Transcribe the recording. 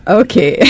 okay